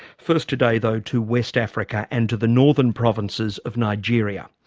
first today though to west africa and to the northern provinces of nigeria.